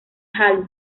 halle